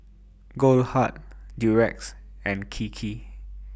Goldheart Durex and Kiki